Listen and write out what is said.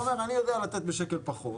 כשיש מחירים, אני יודע לתת בשקל פחות.